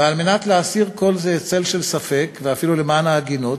ועל מנת להסיר כל צל של ספק, ואפילו למען ההגינות,